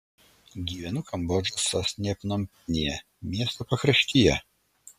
gyvenu kambodžos sostinėje pnompenyje miesto pakraštyje